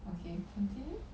okay continue